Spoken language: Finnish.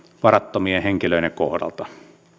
varattomien henkilöiden kohdalta